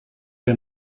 que